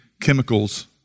chemicals